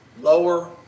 lower